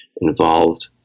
involved